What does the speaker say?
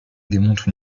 démontre